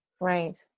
Right